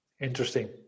Interesting